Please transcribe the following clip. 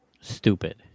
stupid